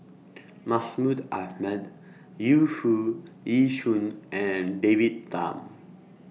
Mahmud Ahmad Yu Foo Yee Shoon and David Tham